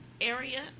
area